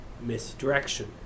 misdirection